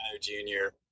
junior